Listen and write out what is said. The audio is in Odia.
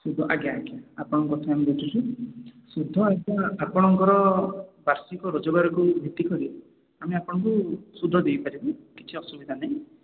ଆଜ୍ଞା ଆଜ୍ଞା ଆପଣଙ୍କ କଥା ଆମେ ବୁଝୁଛୁ ସୁଧ ଆପଣଙ୍କର ବାର୍ଷିକ ରୋଜଗାରକୁ ଭିତ୍ତି କରି ଆମେ ଆପଣଙ୍କୁ ସୁଧ ଦେଇ ପାରିବୁ କିଛି ଅସୁବିଧା ନାହିଁ